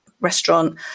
restaurant